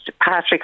Patrick